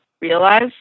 realize